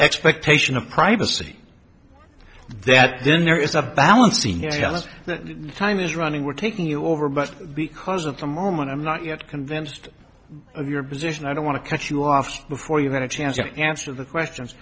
expectation of privacy that then there is a balancing act yes that time is running we're taking you over but because of the moment i'm not yet convinced of your position i don't want to cut you off before you had a chance to answer the questions